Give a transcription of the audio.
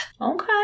Okay